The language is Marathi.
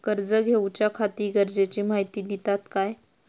कर्ज घेऊच्याखाती गरजेची माहिती दितात काय?